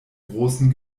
großen